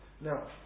Now